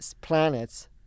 planets